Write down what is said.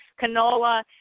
canola